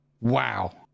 wow